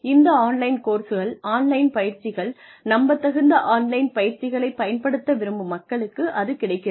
இந்த ஆன்லைன் கோர்ஸ்கள் ஆன்லைன் பயிற்சிகள் நம்பத்தகுந்த ஆன்லைன் பயிற்சிகளை பயன்படுத்த விரும்பும் மக்களுக்கு அது கிடைக்கிறது